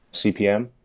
cpm,